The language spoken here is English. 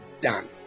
done